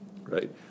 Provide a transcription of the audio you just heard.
right